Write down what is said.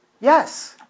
Yes